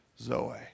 Zoe